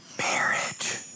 marriage